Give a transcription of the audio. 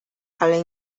ale